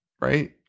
right